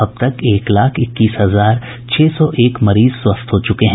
अब तक एक लाख इक्कीस हजार छह सौ एक मरीज स्वस्थ हो चुके हैं